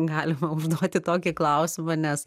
galima užduoti tokį klausimą nes